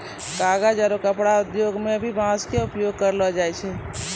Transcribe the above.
कागज आरो कपड़ा उद्योग मं भी बांस के उपयोग करलो जाय छै